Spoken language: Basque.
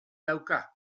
dauka